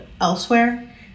elsewhere